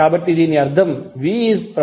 కాబట్టి దీని అర్థం v ∞didt